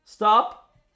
Stop